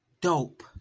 dope